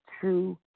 true